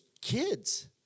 kids